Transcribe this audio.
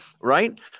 right